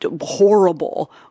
horrible